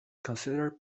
considered